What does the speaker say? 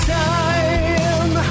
time